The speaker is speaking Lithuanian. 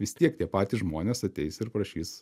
vis tiek tie patys žmonės ateis ir prašys